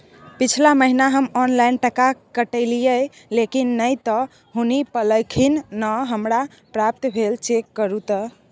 पिछला महीना हम ऑनलाइन टका कटैलिये लेकिन नय त हुनी पैलखिन न हमरा प्राप्त भेल, चेक करू त?